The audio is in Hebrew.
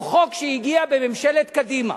הוא חוק שהגיע בממשלת קדימה.